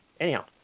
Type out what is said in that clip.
Anyhow